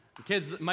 Kids